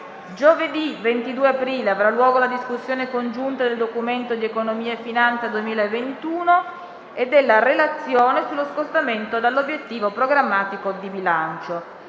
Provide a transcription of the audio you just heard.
Giovedì 22 aprile avrà luogo la discussione congiunta del Documento di economia e finanza 2021 e della Relazione sullo scostamento dall'obiettivo programmatico di bilancio.